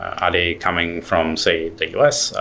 are they coming from say the us,